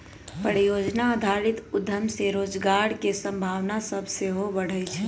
परिजोजना आधारित उद्यम से रोजगार के संभावना सभ सेहो बढ़इ छइ